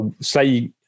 say